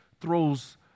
throws